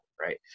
right